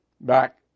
Back